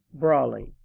Brawley